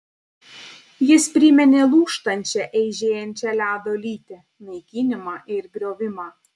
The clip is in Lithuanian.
jis priminė lūžtančią eižėjančią ledo lytį naikinimą ir griovimą